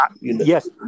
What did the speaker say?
yes